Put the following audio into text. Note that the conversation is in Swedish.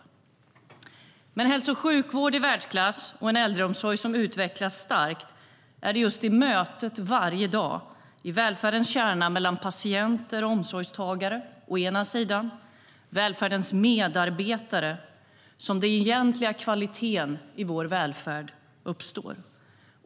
Med en hälso och sjukvård i världsklass och en äldreomsorg som utvecklas starkt är det just i mötet varje dag - i välfärdens kärna, mellan patienter och omsorgstagare å ena sidan och välfärdens medarbetare å andra sidan - som den egentliga kvaliteten i vår välfärd uppstår.